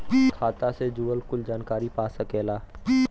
खाता से जुड़ल कुल जानकारी पा सकेला